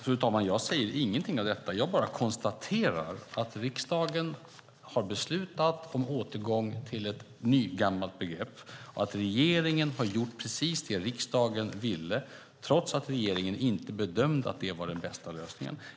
Fru talman! Jag säger ingenting av detta. Jag bara konstaterar att riksdagen har beslutat om återgång till ett nygammalt begrepp och att regeringen har gjort precis det som riksdagen ville trots att regeringen inte bedömde att det var den bästa lösningen.